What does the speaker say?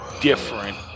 different